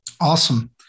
Awesome